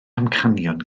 amcanion